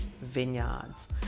vineyards